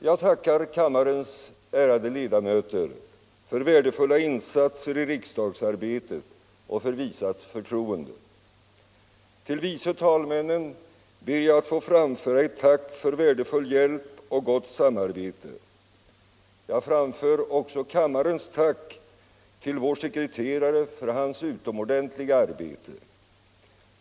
Jag tackar kammarens ärade ledamöter för värdefulla insatser i riksdagsarbetet och för visat förtroende. Till vice talmännen ber jag få framföra ett tack för värdefull hjälp och gott samarbete. Jag framför också kammarens tack till vår sekreterare för hans utomordentliga arbete.